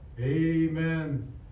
amen